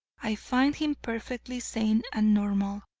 i find him perfectly sane and normal.